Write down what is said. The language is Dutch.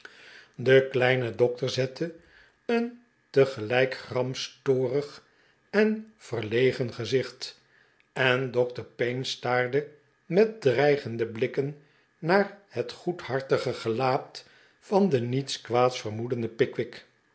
de kleine dokter zette een tegelijk gramstorig en verlegen gezicht en dokter payne staarde met dreigende hlikken naar het goedhartige gelaat van den niets kwaads vermoedenden pickwick